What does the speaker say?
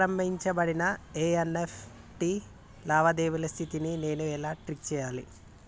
ప్రారంభించబడిన ఎన్.ఇ.ఎఫ్.టి లావాదేవీల స్థితిని నేను ఎలా ట్రాక్ చేయాలి?